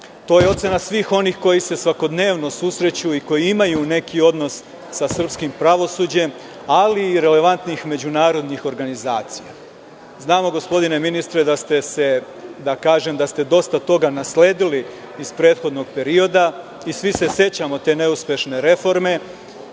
to je ocena svih onih koji se svakodnevno susreću i koji imaju neki odnos sa srpskim pravosuđem, ali i relevantnih međunarodnih organizacija. Gospodine ministre, znamo da ste dosta toga nasledili iz prethodnog perioda i svi se sećamo te neuspešne reforme,